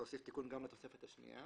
להוסיף תיקון גם לתוספת השניה.